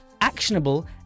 actionable